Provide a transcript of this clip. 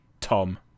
tom